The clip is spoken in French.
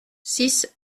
six